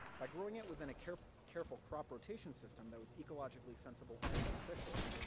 by growing it within a careful careful crop-rotation system that was ecologically sensible and beneficial,